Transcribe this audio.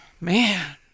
man